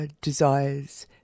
desires